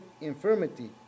infirmity